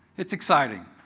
it's exciting.